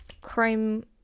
crime